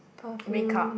make up